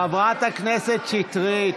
חברת הכנסת שטרית,